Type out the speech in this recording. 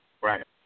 Right